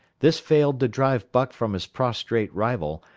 this failed to drive buck from his prostrate rival,